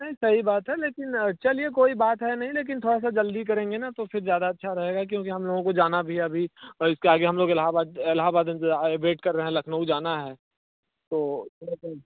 नहीं सही बात है लेकिन चलिए कोई बात है नहीं लेकिन थोड़ा सा जल्दी करेंगे ना तो फिर ज़्यादा अच्छा रहेगा क्योंकि हम लोगों को जाना भी है अभी इसके आगे हम लोग इलाहाबाद इलाहाबाद इंतेज़ार वेट कर रहे हैं लखनऊ जाना है तो थोड़ा सा